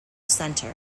center